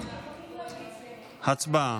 הצבעה.